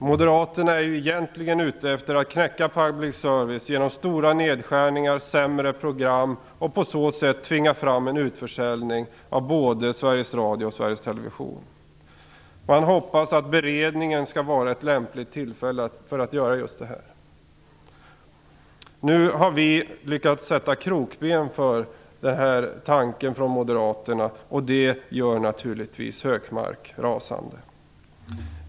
Moderaterna är egentligen ute efter att knäcka public service genom stora nedskärningar och sämre program. På så sätt tänker man tvinga fram en utförsäljning av både Sveriges Radio och Sveriges Television. Man hoppas att beredningen skall vara ett lämpligt tillfälle för att göra just det. Nu har vi lyckats sätta krokben för denna tanke från moderaterna. Det gör naturligtvis Gunnar Hökmark rasande.